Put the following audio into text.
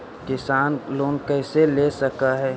किसान लोन कैसे ले सक है?